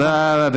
תודה.